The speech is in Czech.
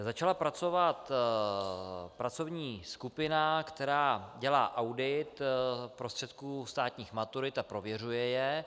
Začala pracovat pracovní skupina, která dělá audit prostředků státních maturit a prověřuje je.